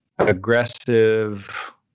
Aggressive